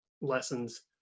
lessons